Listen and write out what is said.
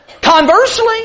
Conversely